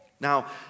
Now